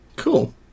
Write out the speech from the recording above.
Cool